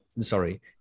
sorry